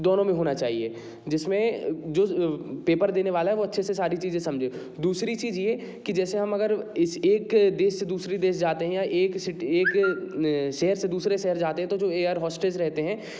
दोनों में होना चाहिए जिसमें जो पेपर देने वाला है वो अच्छे से सारी चीज़ें समझे दूसरी चीज ये कि जैसे हम अगर एक देश से दूसरी देश जाते हैं या एक शहर से दूसरे शहर जाते हैं तो जो एयर होस्टेस रहते हैं